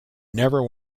never